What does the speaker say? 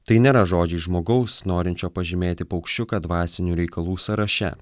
tai nėra žodžiai žmogaus norinčio pažymėti paukščiuką dvasinių reikalų sąraše